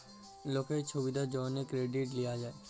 লকের ছুবিধার জ্যনহে কেরডিট লিয়া যায়